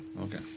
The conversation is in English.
okay